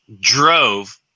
drove